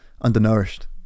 Undernourished